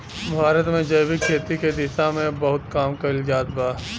भारत में जैविक खेती के दिशा में अब बहुत काम कईल जात बा